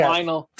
final